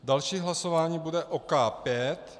Další hlasování bude o K5.